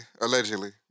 allegedly